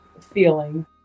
feeling